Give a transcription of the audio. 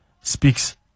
speaks